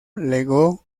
legó